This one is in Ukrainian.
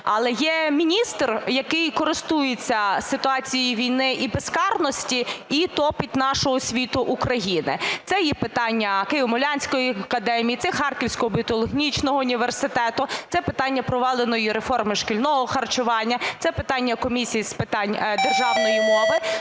Але є міністр, який користується ситуацією війни і безкарності і топить нашу освіту України. Це є питання Києво-Могилянської академії, це Харківського біотехнологічного університету, це питання проваленої реформи шкільного харчування, це питання Комісії з питань державної мови.